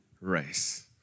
race